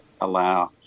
allow